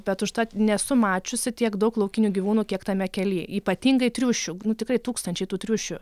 bet užtat nesu mačiusi tiek daug laukinių gyvūnų kiek tame kely ypatingai triušių nu tikrai tūkstančiai tų triušių